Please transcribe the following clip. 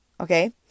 Okay